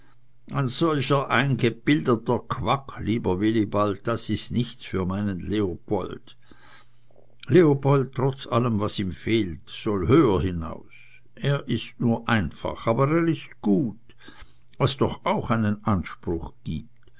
ein solcher eingebildeter quack lieber wilibald das ist nichts für meinen leopold leopold trotz allem was ihm fehlt soll höher hinaus er ist nur einfach aber er ist gut was doch auch einen anspruch gibt